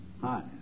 Hi